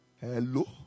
Hello